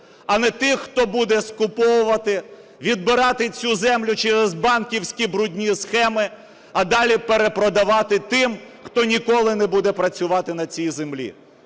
А не тих, хто буде скуповувати, відбирати цю землю через банківські брудні схеми, а далі перепродавати тим, хто ніколи не буде працювати на цій землі.